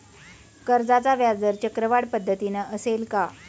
कर्जाचा व्याजदर चक्रवाढ पद्धतीने असेल का?